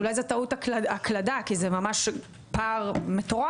אולי זאת טעות הקלדה כי זה ממש פער מטורף,